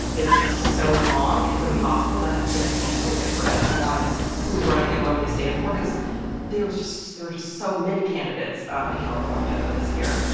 is just so long. it's impossible to get a handle, get a grip on who's running and what they stand for because there is just there are just so many candidates um in california this year.